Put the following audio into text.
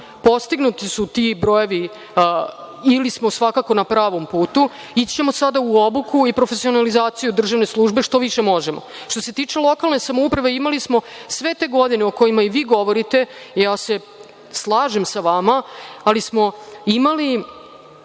Postignuti su ti brojevi ili smo svakako na pravom putu. Ići ćemo sada u obuku ili profesionalizaciju državne službe što više možemo. Što se tiče lokalne samouprave, imali smo sve te godine o kojima i vi govorite, slažem se sa vama, ali smo imali